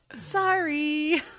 Sorry